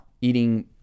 eating